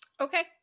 Okay